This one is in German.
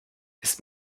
ist